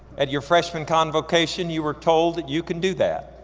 at your freshman convocation, you were told that you can do that.